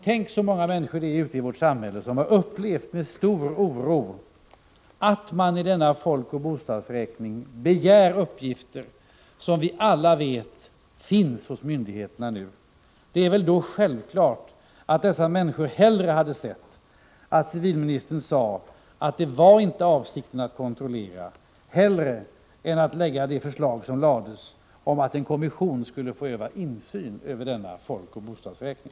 Tänk så många människor det är ute i vårt samhälle som med stor oro upplevt att man i denna folkoch bostadsräkning begär uppgifter som enligt vad vi alla vet finns hos myndigheterna! Det är väl då självklart att dessa människor hellre hade sett att civilministern sagt att avsikten inte var att kontrollera än att han framlagt förslaget om att en kommission skulle få utöva insyn över denna folkoch bostadsräkning.